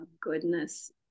goodness